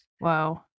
Wow